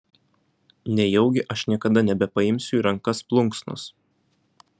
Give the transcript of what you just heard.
nejaugi aš niekada nebepaimsiu į rankas plunksnos